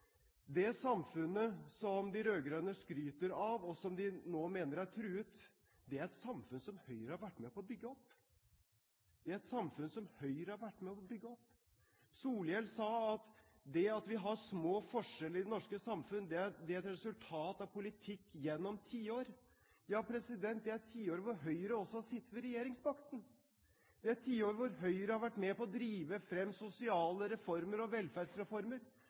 Det samfunnet som de rød-grønne skryter av, og som de nå mener er truet, er et samfunn som Høyre har vært med på å bygge opp! Solhjell sa at det at vi har små forskjeller i det norske samfunnet, er et resultat av politikk gjennom tiår. Ja, det er tiår da Høyre også har sittet ved regjeringsmakten. Det er tiår da Høyre har vært med på å drive frem sosiale reformer og velferdsreformer,